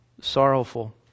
sorrowful